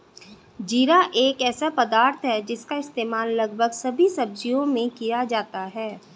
जीरा एक ऐसा पदार्थ है जिसका इस्तेमाल लगभग सभी सब्जियों में किया जाता है